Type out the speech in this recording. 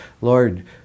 Lord